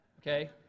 okay